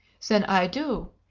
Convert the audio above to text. then i do.